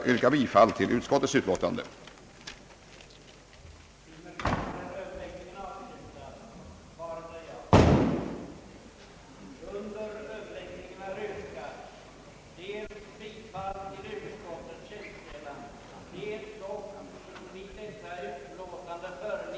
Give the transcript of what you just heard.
I detta utlåtande hade bankoutskottet i ett sammanhang behandlat